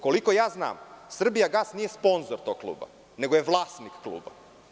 Koliko znam, „Srbijagas“ nije sponzor tog kluba, nego je vlasnik kluba.